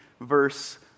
verse